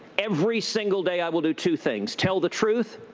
every single day i will do two things tell the truth,